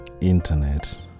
Internet